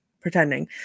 pretending